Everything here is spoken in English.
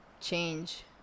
change